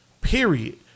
period